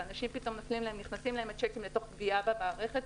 ולאנשים פתאום נכנסים השיקים לתוך פגיעה במערכת,